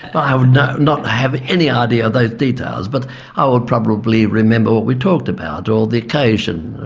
i would not not have any idea of those details but i would probably remember what we talked about, or the occasion,